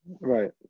Right